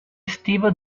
estiva